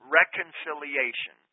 reconciliation